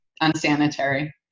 unsanitary